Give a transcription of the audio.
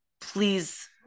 please